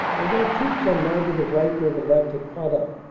although troops on neither the right nor the left had caught up,